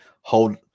hold